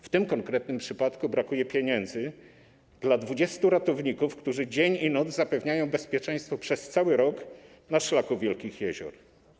W tym konkretnym przypadku brakuje pieniędzy dla 20 ratowników, którzy dzień i noc zapewniają bezpieczeństwo przez cały rok na szlaku wielkich jezior.